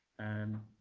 and,